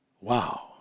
Wow